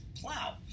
plow